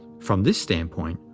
from this standpoint,